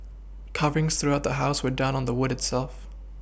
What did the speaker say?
carvings throughout the house were done on the wood itself